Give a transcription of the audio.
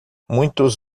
muitos